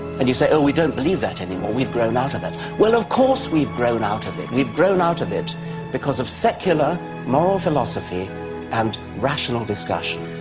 and you say oh we don't believe that anymore. we've grown out of it. well of course. we've grown out of it we've grown out of it because of secular moral philosophy and rational discussion